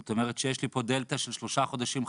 זאת אומרת שיש פה דלתא של שלושה חודשים חסרים,